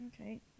Okay